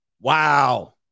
wow